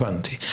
הבנתי.